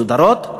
מסודרות,